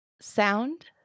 Sound